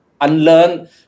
unlearn